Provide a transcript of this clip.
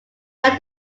like